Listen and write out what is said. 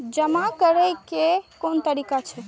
जमा करै के कोन तरीका छै?